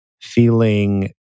feeling